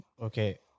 okay